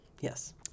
Yes